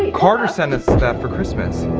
carter sent that for christmas.